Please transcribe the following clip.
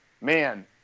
man